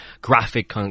Graphic